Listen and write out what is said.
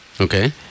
Okay